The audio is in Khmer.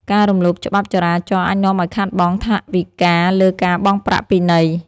ការរំលោភច្បាប់ចរាចរណ៍អាចនាំឱ្យខាតបង់ថវិកាលើការបង់ប្រាក់ពិន័យ។